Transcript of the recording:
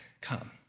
come